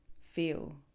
feel